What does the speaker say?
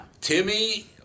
Timmy